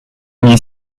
ier